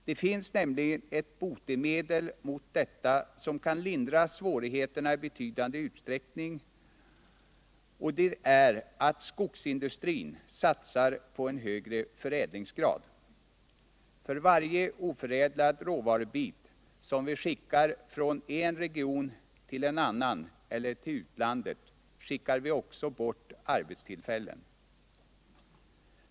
Det finns nämligen ett botemedel mot detta som kan lindra svårigheterna i betydande utsträckning, och det är att skogsindustrin satsar på en högre förädlingsgrad. För varje oförädlad råvarubit som vi skickar från en region till en annan eller till utlandet skickar vi också bort arbetstillfällen.